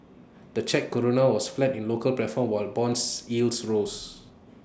the Czech Koruna was flat in local platform while Bond yields rose